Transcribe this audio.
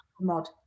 mod